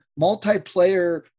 multiplayer